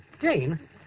Jane